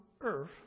earth